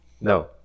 No